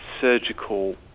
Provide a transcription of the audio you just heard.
surgical